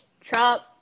Trump